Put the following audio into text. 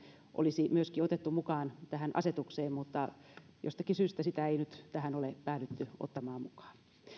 olisi myöskin otettu mukaan tähän asetukseen mutta jostakin syystä sitä ei nyt tähän ole päädytty ottamaan mukaan